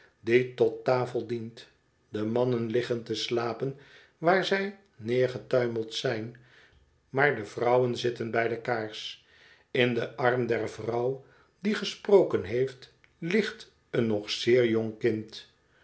die tot tafel dient de mannen liggen te slapen waar zij neergetuimeld zijn maar de vrouwen zitten bij de kaars in den arm der vrouw die gesproken heeft ligt een nog zeer jong kind